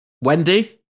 Wendy